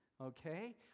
okay